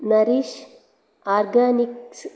nourish organics